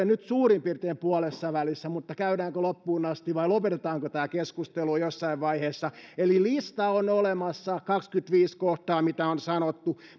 nyt suurin piirtein puolessa välissä mutta käydäänkö loppuun asti vai lopetetaanko tämä keskustelu jossain vaiheessa eli lista on olemassa kahdeskymmenesviides kohtaa mitä on sanottu